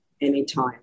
anytime